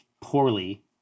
poorly